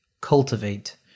cultivate